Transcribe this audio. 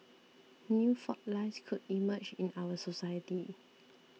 new fault lines could emerge in our society